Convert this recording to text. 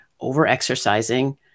over-exercising